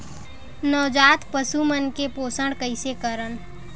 नवजात पशु मन के पोषण कइसे करन?